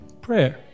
prayer